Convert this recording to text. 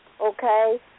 Okay